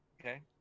Okay